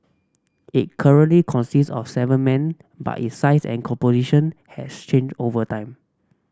it currently consists of seven men but it size and composition has changed over time